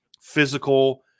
physical